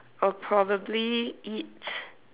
I will probably eat